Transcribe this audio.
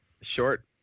short